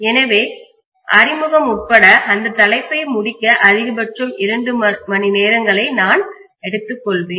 எனவே அறிமுகம் உட்பட அந்த தலைப்பை முடிக்க அதிகபட்சம் இரண்டு மணிநேரங்களை நான் எடுத்துக்கொள்வேன்